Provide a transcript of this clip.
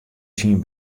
syn